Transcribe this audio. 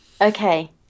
Okay